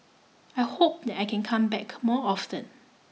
I hope that I can come back more often